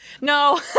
No